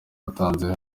batanze